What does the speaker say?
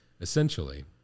Essentially